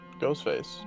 Ghostface